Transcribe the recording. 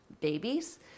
babies